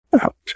out